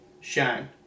shine